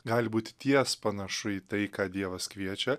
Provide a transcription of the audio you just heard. gali būti ties panašu į tai ką dievas kviečia